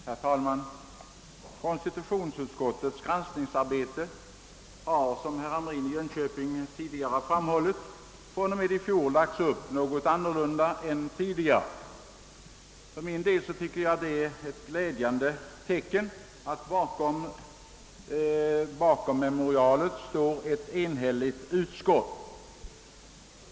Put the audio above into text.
Herr talman! Konstitutionsutskottets granskningsarbete har, såsom herr Hamrin i Jönköping tidigare framhållit, fr.o.m. i fjol lagts upp på ett något annorlunda sätt än förut. För min del tycker jag att det är ett glädjande tecken att det bakom memorialet står ett enhälligt utskott.